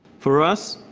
for us